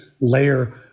layer